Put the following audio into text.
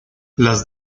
las